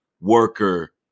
worker